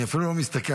אני אפילו לא מסתכל,